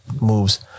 moves